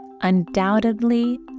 undoubtedly